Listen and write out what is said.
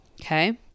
okay